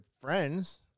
friends